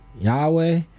Yahweh